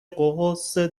غصه